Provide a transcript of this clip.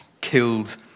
killed